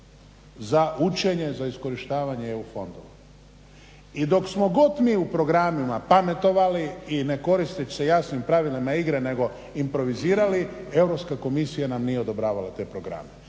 za učenje, za iskorištavanje EU fondova i dok smo god mi u programima pametovali i ne koristeći se jasnim pravilima igre nego improvizirali Europska komisija nam nije odobravala te programe.